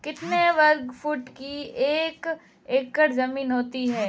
कितने वर्ग फुट की एक एकड़ ज़मीन होती है?